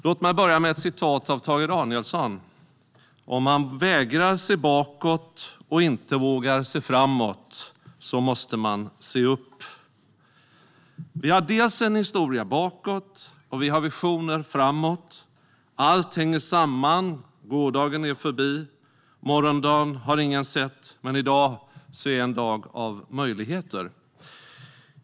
Låt mig börja med ett citat av Tage Danielsson: Om man vägrar se bakåt och inte vågar se framåt måste man se upp. Vi har dels en historia bakåt, dels visioner framåt. Allt hänger samman. Gårdagen är förbi, morgondagen har ingen sett, men i dag är en dag av möjligheter.